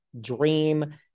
dream